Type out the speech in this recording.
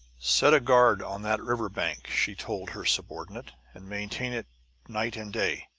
set a guard on that river bank, she told her subordinate, and maintain it night and day.